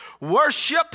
worship